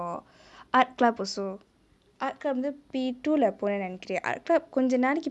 art club also art club வந்து:vanthu P two லே போனேனு நெனக்குரே கொஞ்சோ நாலைக்கு:lae ponenu nenaikure konjo naalaiku